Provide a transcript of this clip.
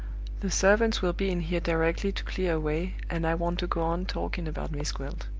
the servants will be in here directly to clear away, and i want to go on talking about miss gwilt.